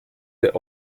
der